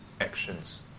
actions